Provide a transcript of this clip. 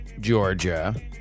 Georgia